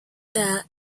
there